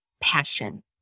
passion